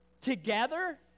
together